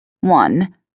One